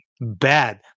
bad